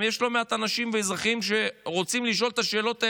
יש גם לא מעט אנשים ואזרחים שרוצים לשאול את השאלות האלה,